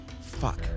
Fuck